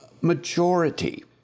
majority